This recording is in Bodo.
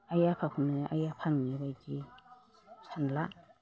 आइ आफाखौनो आइ आफा नंगौबायदि सानला